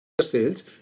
sales